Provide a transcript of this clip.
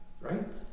Right